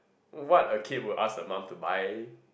what a kid would ask a mum to buy